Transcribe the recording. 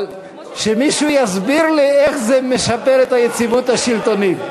אבל שמישהו יסביר לי איך זה משפר את היציבות השלטונית.